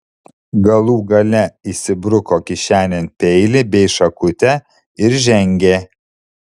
galų gale įsibruko kišenėn peilį bei šakutę ir žengė